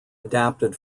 adapted